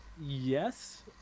yes